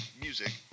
Music